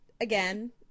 again